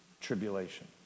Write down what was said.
tribulation